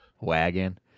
wagon